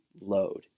load